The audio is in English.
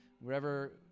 wherever